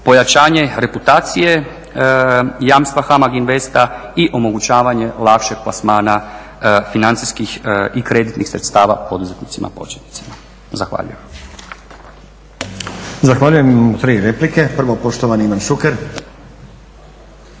pojačanje reputacije jamstva HAMAG INVEST-a i omogućavanja lakšeg plasmana financijskih i kreditnih sredstava poduzetnicima početnicima. Zahvaljujem. **Stazić, Nenad (SDP)** Zahvaljujem. Imamo tri replike. Prvo poštovani Ivan Šuker.